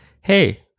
hey